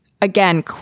again